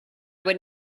would